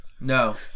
No